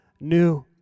new